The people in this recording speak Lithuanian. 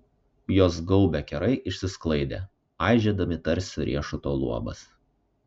juos gaubę kerai išsisklaidė aižėdami tarsi riešuto luobas